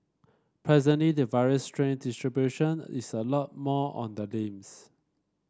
presently the virus strain distribution is a lot more on the limbs